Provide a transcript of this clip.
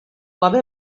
gabe